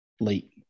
late